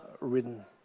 ridden